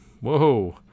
Whoa